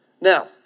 Now